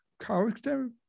character